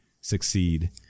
succeed